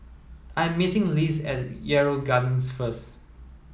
I'm meeting Liz at Yarrow Gardens first